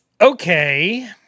Okay